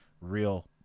real